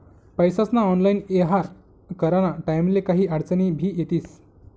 पैसास्ना ऑनलाईन येव्हार कराना टाईमले काही आडचनी भी येतीस